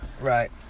Right